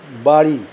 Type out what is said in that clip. বাড়ি